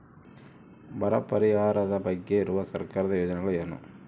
ಬರ ಪರಿಹಾರದ ಬಗ್ಗೆ ಇರುವ ಸರ್ಕಾರದ ಯೋಜನೆಗಳು ಏನು?